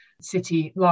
city